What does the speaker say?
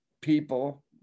people